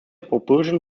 propulsion